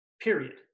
period